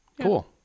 cool